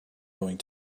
going